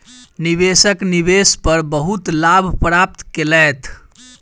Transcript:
निवेशक निवेश पर बहुत लाभ प्राप्त केलैथ